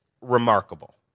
remarkable